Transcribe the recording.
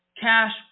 Cash